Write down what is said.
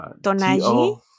tonaji